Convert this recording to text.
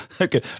Okay